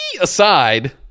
aside